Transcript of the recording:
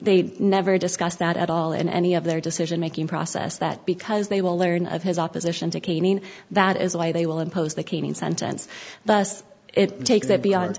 they'd never discussed that at all in any of their decision making process that because they will learn of his opposition to caning that is why they will impose the caning sentence bus it takes that beyon